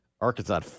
Arkansas